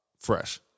fresh